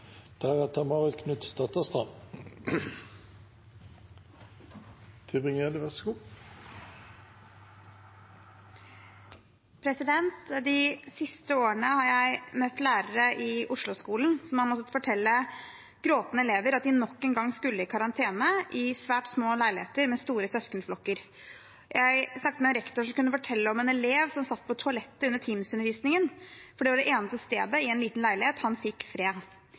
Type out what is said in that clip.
De siste årene har jeg møtt lærere i Oslo-skolen som har måttet fortelle gråtende elever at de nok en gang skulle i karantene i svært små leiligheter og med store søskenflokker. Jeg snakket med en rektor som kunne fortelle om en elev som satt på toalettet under Teams-undervisningen, for det var det eneste stedet i en liten leilighet han fikk fred.